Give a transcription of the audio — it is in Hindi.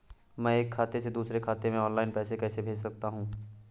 मैं एक खाते से दूसरे खाते में ऑनलाइन पैसे कैसे भेज सकता हूँ?